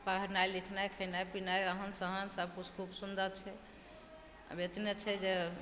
पढ़नाइ लिखनाइ खेनाइ पीनाइ रहन सहन सबकिछु खूब सुन्दर छै आब एतने छै जे